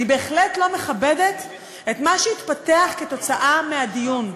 אני בהחלט לא מכבדת את מה שהתפתח כתוצאה מהדיון.